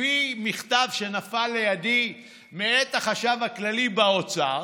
לפי מכתב שנפל לידי מאת החשב הכללי באוצר,